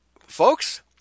Folks